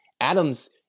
Adams